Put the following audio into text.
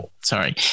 Sorry